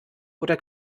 oder